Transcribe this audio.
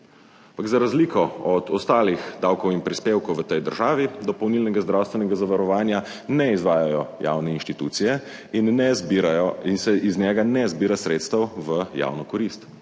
za razliko od ostalih davkov in prispevkov v tej državi, dopolnilnega zdravstvenega zavarovanja ne izvajajo javne inštitucije in ne zbirajo, in se iz njega ne zbira sredstev v javno korist.